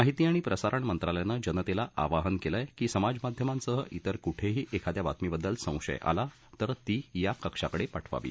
माहिती आणि प्रसारण मंत्रालयानं जनतेला आवाहन केलं आहे की समाजमाध्यमांसह त्रेर कुठेही एखाद्या बातमीबद्दल संशय आला तर ती या कक्षाकडे पाठवावी